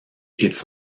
its